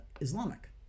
Islamic